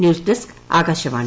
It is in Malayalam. ന്യൂസ്ഡെസ്ക്ആകാശവാണി